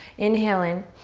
inhale in,